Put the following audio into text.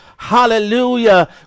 hallelujah